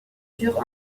dure